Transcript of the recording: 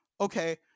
okay